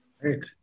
Great